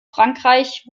frankreich